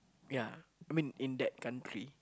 ya I mean in that country